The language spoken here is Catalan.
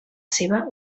seva